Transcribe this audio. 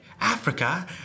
Africa